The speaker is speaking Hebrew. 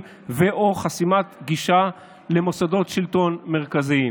או חסימת גישה למוסדות שלטון מרכזיים".